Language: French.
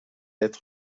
être